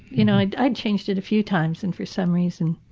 you know i i changed it a few times. and for some reason.